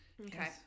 Okay